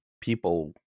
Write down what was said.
people